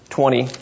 twenty